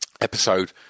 episode